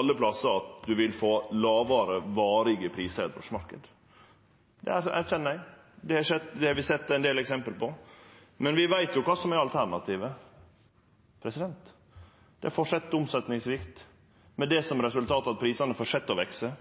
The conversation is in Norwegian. alle plassar vil få varig lågare prisar i ein drosjemarknad. Det erkjenner eg. Det har vi sett ein del eksempel på. Men vi veit kva som er alternativet. Det er at omsetningssvikta vil halde fram, med det som resultat at prisane fortset å vekse,